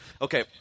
Okay